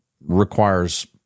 requires